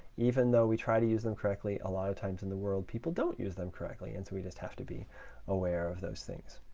even though we try to use them correctly, a lot of times in the world, people don't use them correctly, and so we just have to be aware of those things.